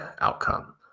outcome